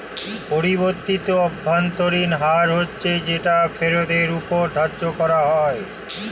পরিবর্তিত অভ্যন্তরীণ হার হচ্ছে যেটা ফেরতের ওপর ধার্য করা হয়